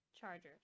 Chargers